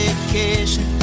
vacation